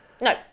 No